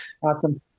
Awesome